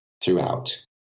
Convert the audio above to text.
throughout